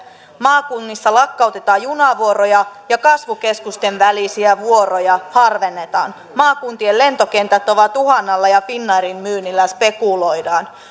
maakunnissa lakkautetaan junavuoroja ja kasvukeskusten välisiä vuoroja harvennetaan maakuntien lentokentät ovat uhan alla ja finnairin myynnillä spekuloidaan on